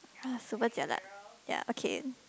ya super jialat ya okay